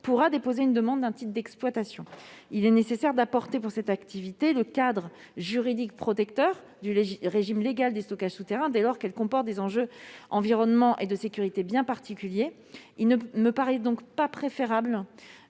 pourra déposer une demande d'octroi d'un titre d'exploitation. Il est nécessaire d'appliquer à cette activité le cadre juridique protecteur du régime légal des stockages souterrains dès lors qu'elle comporte des enjeux environnementaux et de sécurité bien particuliers. Il ne me paraît donc pas souhaitable